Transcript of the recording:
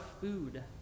food